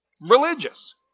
religious